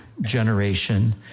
generation